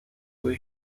fue